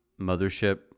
mothership